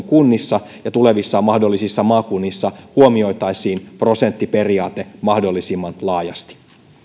kunnissa ja tulevissa mahdollisissa maakunnissa huomioitaisiin prosenttiperiaate mahdollisimman laajasti